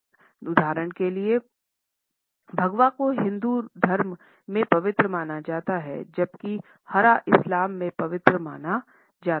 उदाहरण के लिए भगवा को हिंदू धर्म में पवित्र माना जाता है जबकि हरा इस्लाम में पवित्र माना जाता है